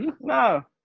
no